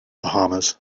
bahamas